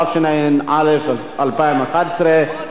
התשע"א 2011,